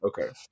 Okay